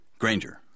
Granger